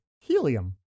helium